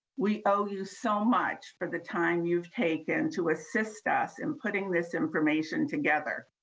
we owe you so much for the time you've taken to assist us in putting this information together.